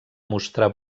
mostrar